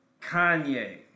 kanye